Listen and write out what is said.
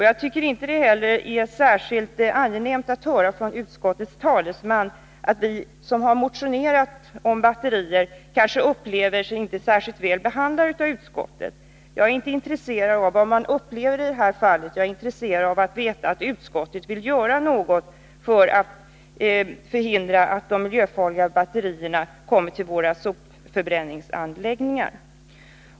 Jag tycker inte heller att det är angenämt att höra från utskottets talesman att vi som har motionerat om batterier kanske inte upplever oss vara särskilt väl behandlade av utskottet. Jag är inte intresserad av vad som kan upplevas i det här fallet, utan jag är intresserad av att få veta om utskottet vill göra något för att förhindra att de miljöfarliga batterierna hamnar i våra sopförbränningsanläggningar.